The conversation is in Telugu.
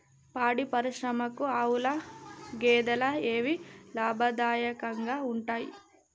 పాడి పరిశ్రమకు ఆవుల, గేదెల ఏవి లాభదాయకంగా ఉంటయ్?